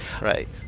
Right